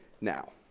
now